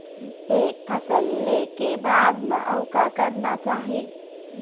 एक फसल ले के बाद म अउ का करना चाही?